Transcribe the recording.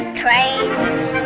trains